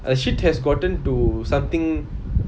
a shit has gotten to something